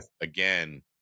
again